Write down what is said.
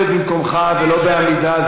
נא לשבת במקומך ולא בעמידה.